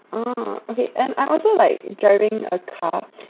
oh okay and I'm also like driving a car